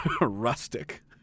Rustic